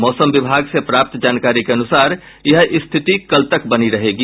मौसम विभाग से प्राप्त जानकारी के अनुसार ये स्थिति कल तक बनी रहेगी